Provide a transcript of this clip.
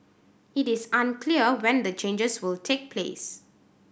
it is unclear when the changes will take place